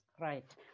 Right